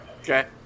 Okay